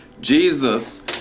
Jesus